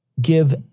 give